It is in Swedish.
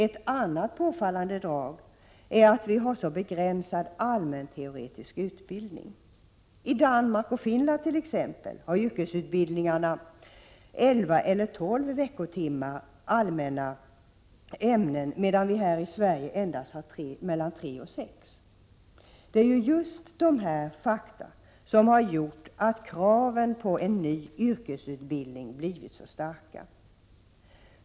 Ett annat påfallande drag är att vi har så begränsad allmän teoretisk utbildning. I Danmark och Finland t.ex. har yrkesutbildningarna elva eller tolv veckotimmar för allmänna ämnen, medan vi i Sverige endast har tre till sex veckotimmar. Det är ju just dessa fakta som har gjort att kraven på en ny yrkesutbildning blivit så starka.